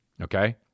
Okay